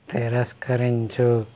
తిరస్కరించు